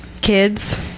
Kids